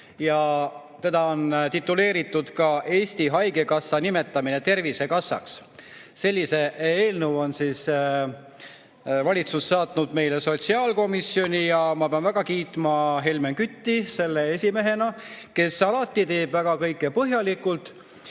Seda on tituleeritud ka Eesti Haigekassa nimetamiseks Tervisekassaks. Sellise eelnõu on valitsus saatnud meile sotsiaalkomisjoni ja ma pean väga kiitma Helmen Kütti selle esimehena, kes alati teeb kõike väga põhjalikult